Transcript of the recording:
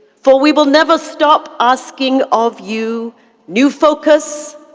for we will never stop asking of you new focus,